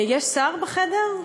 יש שר בחדר?